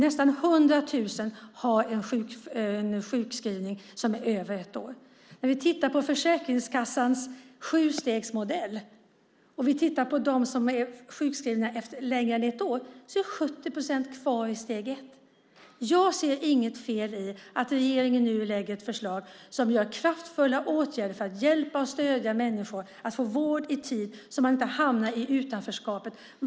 Nästan 100 000 har en sjukskrivning som varar över ett år. När det gäller Försäkringskassans sjustegsmodell och de som är sjukskrivna sedan längre ett år är 70 procent kvar i steg ett. Jag ser inget fel i att regeringen nu lägger fram ett förslag som innebär kraftfulla åtgärder för att hjälpa och stödja människor att få vård i tid så att de inte hamnar i utanförskap.